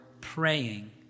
praying